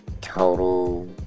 total